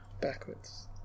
Backwards